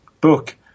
book